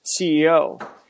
CEO